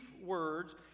words